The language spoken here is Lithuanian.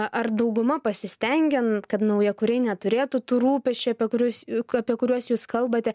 ar dauguma pasistengia kad naujakuriai neturėtų tų rūpesčių apie kuriuos juk apie kuriuos jūs kalbate